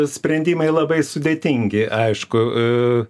sprendimai labai sudėtingi aišku